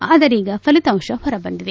ಆದರೀಗ ಫಲಿತಾಂಶ ಹೊರಬಂದಿದೆ